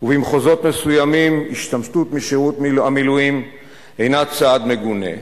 ובמחוזות מסוימים השתמטות משירות המילואים אינה צעד מגונה,